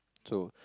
so